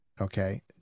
okay